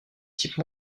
type